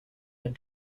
when